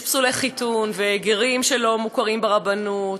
יש פסולי חיתון, וגרים שלא מוכרים ברבנות,